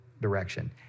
direction